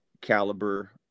caliber